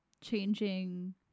changing